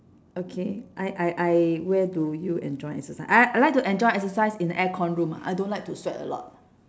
okay I I I where do you enjoy exercise I I like to enjoy exercise in aircon room ah I don't like to sweat a lot